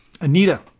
Anita